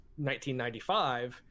1995